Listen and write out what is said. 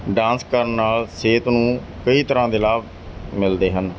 dance ਕਰਨ ਨਾਲ ਸਿਹਤ ਨੂੰ ਕਈ ਤਰ੍ਹਾਂ ਦੇ ਲਾਭ ਮਿਲਦੇ ਹਨ